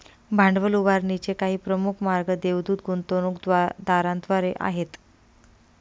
भांडवल उभारणीचे काही प्रमुख मार्ग देवदूत गुंतवणूकदारांद्वारे आहेत